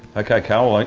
okay carl, like